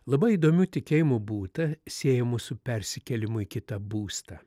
labai įdomių tikėjimų būta siejamų su persikėlimu į kitą būstą